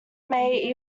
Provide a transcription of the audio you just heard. may